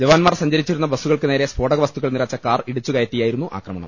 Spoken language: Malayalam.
ജവാന്മാർ സഞ്ചരിച്ചിരുന്ന ബസുകൾക്കു നേരെ സ്ഫോടകവസ്തുക്കൾ നിറച്ച കാർ ഇടിച്ചുകയറ്റിയായിരുന്നു ആക്രമണം